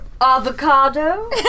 avocado